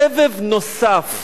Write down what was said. סבב נוסף?